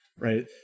right